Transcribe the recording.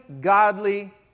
godly